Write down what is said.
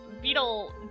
beetle